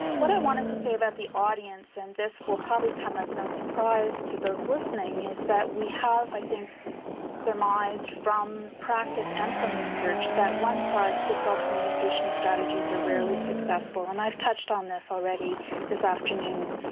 what i wanted to say about the audience and this will probably come as no surprise to those listening is that we have i think surmised from practice and from research that one size fits all communication strategies are rarely successful. and i've touched on this already this afternoon.